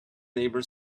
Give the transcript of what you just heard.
neighbor